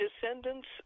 descendants